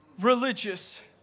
Religious